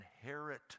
inherit